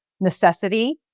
necessity